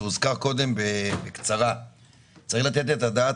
הוזכר קודם בקצרה שצריך לתת את הדעת